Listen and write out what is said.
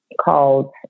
called